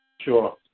Sure